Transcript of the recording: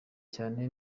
cyane